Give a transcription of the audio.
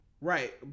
Right